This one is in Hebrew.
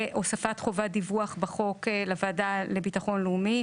והוספת חובת דיווח בחוק לוועדה לביטחון לאומי,